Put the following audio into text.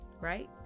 right